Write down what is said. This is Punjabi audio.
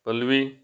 ਪੱਲਵੀ